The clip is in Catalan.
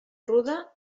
ruda